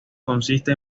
consiste